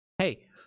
hey